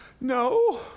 No